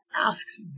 asks